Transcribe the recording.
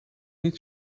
niet